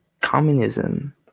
communism